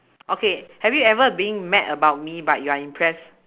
okay have you ever being mad about me but you are impress